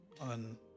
on